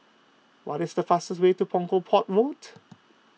what is the fastest way to Punggol Port Road